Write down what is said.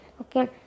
Okay